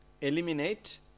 Eliminate